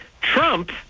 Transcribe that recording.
Trump